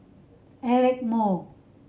Eric Moo